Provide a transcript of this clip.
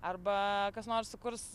arba kas nors sukurs